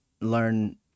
learn